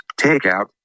Takeout